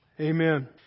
Amen